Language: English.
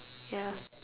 ya